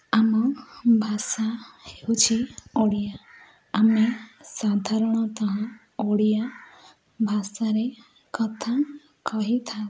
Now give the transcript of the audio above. ଆମ ଭାଷା ହେଉଛି ଓଡ଼ିଆ ଆମେ ସାଧାରଣତଃ ଓଡ଼ିଆ ଭାଷାରେ କଥା କହିଥାଉ